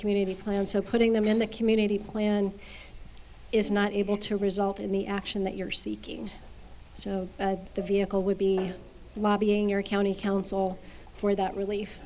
community so putting them in the community plan is not able to result in the action that you're seeking so the vehicle would be lobbying your county council for that relief